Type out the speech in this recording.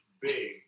big